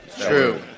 True